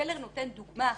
פלר נותן דוגמה אחרת.